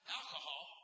alcohol